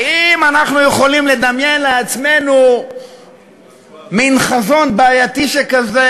האם אנחנו יכולים לדמיין לעצמנו מין חזון בעייתי שכזה,